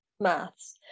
maths